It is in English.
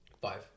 Five